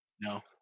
No